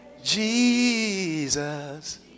Jesus